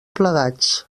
plegats